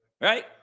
Right